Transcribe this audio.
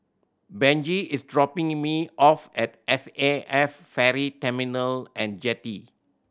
Benji is dropping me off at S A F Ferry Terminal And Jetty